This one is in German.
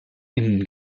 ihnen